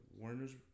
Warner's